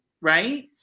Right